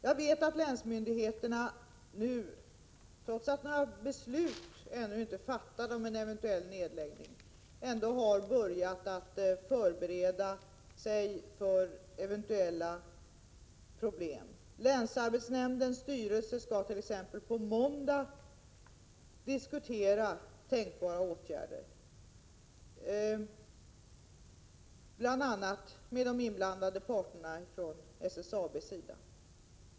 Jag vet att länsmyndigheterna nu — trots att några beslut ännu inte är fattade om en eventuell nedläggning — har börjat förbereda sig för eventuella problem. Länsarbetsnämndens styrelse skall t.ex. på måndag diskutera tänkbara åtgärder, bl.a. med de inblandade parterna från SSAB.